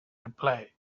reply